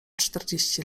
czterdzieści